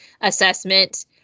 assessment